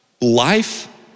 life